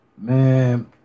Man